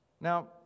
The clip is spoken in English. Now